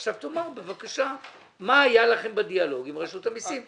עכשיו תאמר בבקשה מה היה לכם בדיאלוג עם רשות המיסים.